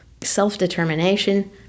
self-determination